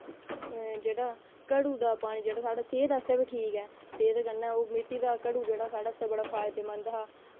जेह्ड़ा घड़ू दा पानी जेह्ड़ा सेह्त आस्तै बी ठीक ऐ ते ओह्दे कन्नै मिट्टी दा घड़ू जेह्ड़ा बड़ा फायदेमंद हा